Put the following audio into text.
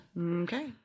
Okay